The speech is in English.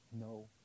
No